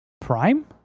Prime